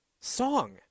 song